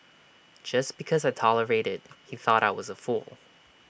just because I tolerated he thought I was A fool